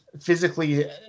physically